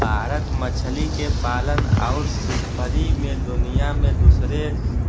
भारत मछली के पालन आउर फ़िशरी मे दुनिया मे दूसरे